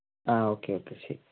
ആ okay okay ശരി